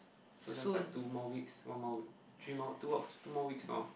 so that's like two more weeks one more week three more two about two more weeks orh